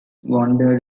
wandered